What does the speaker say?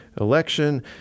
election